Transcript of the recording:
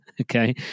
Okay